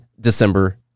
December